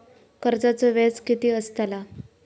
कर्जाचो व्याज कीती असताला?